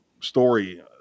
story